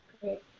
Great